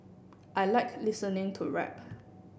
I like listening to rap